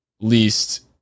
least